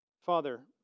Father